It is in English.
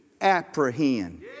apprehend